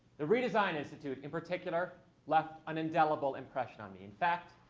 the redesign institute in particular left an indelible impression on me. in fact,